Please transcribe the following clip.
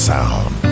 Sound